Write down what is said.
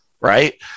right